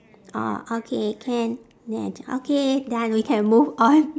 ah okay can then I j~ okay done we can move on